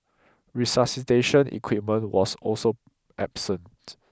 resuscitation equipment was also absent